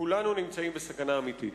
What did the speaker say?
כולנו נמצאים בסכנה אמיתית.